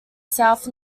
south